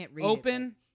open